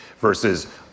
versus